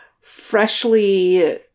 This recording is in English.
freshly